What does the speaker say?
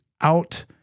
out